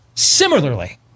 Similarly